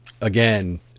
again